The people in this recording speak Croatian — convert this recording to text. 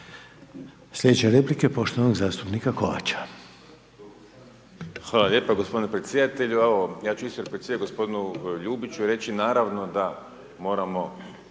Sljedeće replike poštovanog zastupnika Kovača. **Kovač, Miro (HDZ)** Hvala lijepo gospodine predsjedatelju. Evo ja ću isto percirati gospodinu Ljubiću i reći naravno da moramo